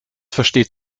versteht